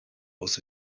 was